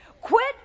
Quit